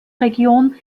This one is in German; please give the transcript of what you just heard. region